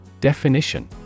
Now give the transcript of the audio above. Definition